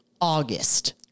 August